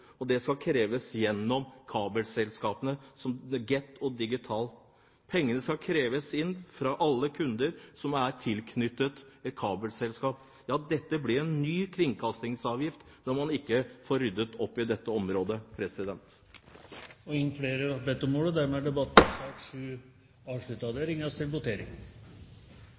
kr. Det skal kreves inn gjennom kabelselskap som Get og Canal Digital. Pengene skal kreves inn fra alle kunder som er tilknyttet et kabelselskap. Dette blir en ny kringkastingsavgift når man ikke får ryddet opp i dette området. Flere har ikke bedt om ordet til sak nr. 7. Da skulle vi være klar til å gå til votering.